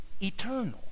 eternal